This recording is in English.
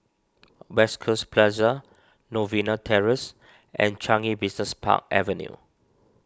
West Coast Plaza Novena Terrace and Changi Business Park Avenue